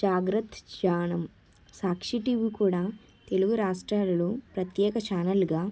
జాగ్రత్ చానమ్ సాక్షి టీవీ కూడా తెలుగు రాష్ట్రాలలో ప్రత్యెక ఛానల్గా